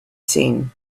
seen